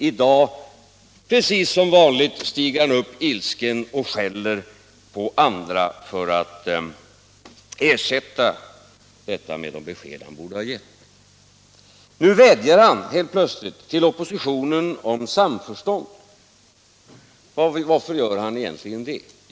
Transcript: I dag stiger han som vanligt upp ilsken och skäller på andra i stället för att ge de besked som han borde ha lämnat. Nu vädjar han till oppositionen om samförstånd. Varför gör han egentligen det?